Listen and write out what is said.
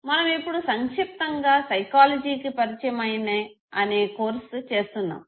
మనము ఇప్పుడు సంక్షిప్తంగా సైకాలజీకి పరిచయం అనే కోర్స్ చేస్తున్నాము